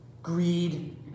Greed